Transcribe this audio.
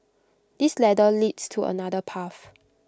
this ladder leads to another path